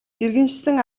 иргэншсэн